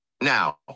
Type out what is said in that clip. Now